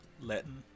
Latin